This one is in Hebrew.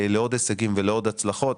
לעוד הישגים ולעוד הצלחות.